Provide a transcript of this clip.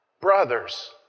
brothers